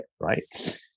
right